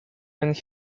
and